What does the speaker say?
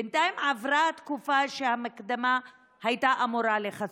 בינתיים עברה התקופה שהמקדמה הייתה אמורה לכסות,